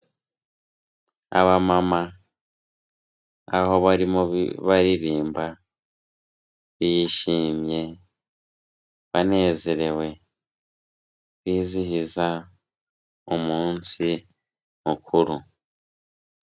Abamama aho barimo baririmba, bishimye, banezerewe, bizihiza umunsi mukuru.